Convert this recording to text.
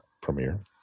Premiere